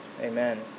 Amen